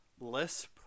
lisp